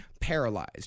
paralyzed